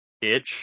itch